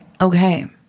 okay